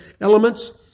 elements